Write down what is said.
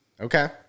Okay